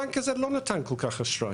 הבנק הזה לא נתן כל כך אשראי,